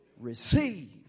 receive